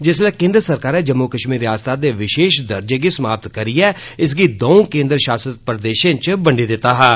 जिसलै केन्द्र सरकारै जम्मू कश्मीर रियास्ता दे विशेष दर्जे गी समाप्त कराईयै इसगी द'ऊं केंद्र शासित प्रदेशें इच बंडी दित्ता हा